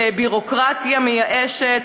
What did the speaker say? בביורוקרטיה מייאשת,